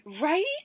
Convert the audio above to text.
right